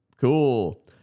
Cool